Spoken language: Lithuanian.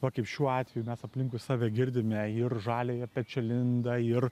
va kaip šiuo atveju mes aplinkui save girdime ir žaliąją pečialindą ir